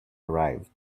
arrived